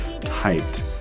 tight